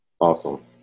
Awesome